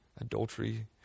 adultery